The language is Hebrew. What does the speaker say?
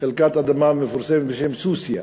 חלקת אדמה מפורסמת בשם סוסיא,